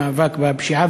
במאבק בפשיעה,